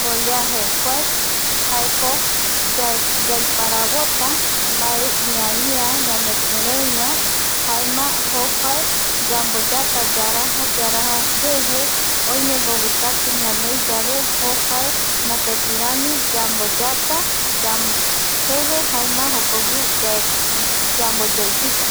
Colllaje kuae jaeko yaiparavota mbae ïa, ïa ñanekireivae, jaema jokuae jokuae yamboyata yarajayaraja jeje, oime mbovikatu ñanoi yave jokuae mopetirami yamboyata jeje jaema jokogui yamboyeupita